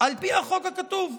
על פי החוק הכתוב,